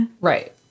Right